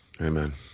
Amen